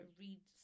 read